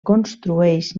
construeix